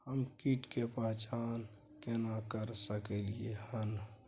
हम कीट के पहचान केना कर सकलियै हन?